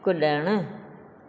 कुड॒णु